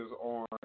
on